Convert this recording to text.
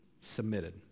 submitted